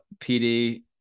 PD